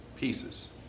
pieces